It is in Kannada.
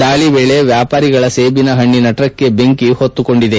ದಾಳಿ ವೇಳೆ ವ್ಯಾಪಾರಿಗಳ ಸೇಬಿನ ಹಣ್ಣಿನ ಟ್ರಕ್ಗೆ ಬೆಂಕಿ ಹೊತ್ತಿಕೊಂಡಿದೆ